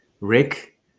Rick